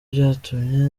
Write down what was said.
byatumye